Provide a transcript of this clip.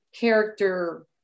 character